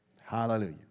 Hallelujah